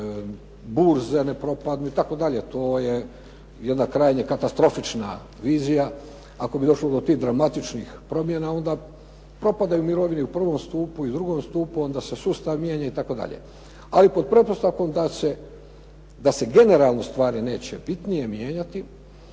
burze ne propadnu, itd. To je jedna krajnje katastrofična vizija. Ako bi došlo do tih dramatičnih promjena, onda propadaju mirovine i u I. stupu, i u II. stupu. Onda se sustav mijenja, itd. Ali pod pretpostavkom da se generalno stvari neće bitnije mijenjati,